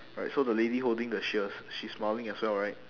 right so the lady holding the shears she is smiling as well right